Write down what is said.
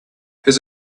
his